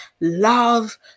love